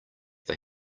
they